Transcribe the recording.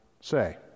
say